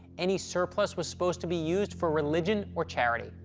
any surplus was supposed to be used for religion or charity.